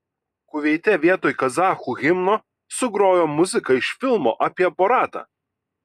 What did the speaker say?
kuveite vietoj kazachų himno sugrojo muziką iš filmo apie boratą